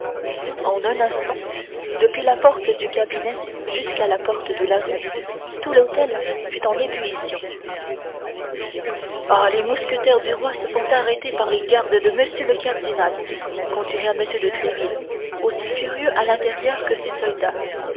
en un instant depuis la porte du cabinet jusqu'à la porte de la rue tout l'hôtel fut en ébullition ah les mousquetaires du roi se font arrêter par les gardes de m le cardinal continua m de tréville aussi furieux à l'intérieur que ses soldats